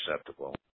acceptable